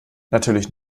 natürlich